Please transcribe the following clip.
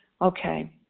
Okay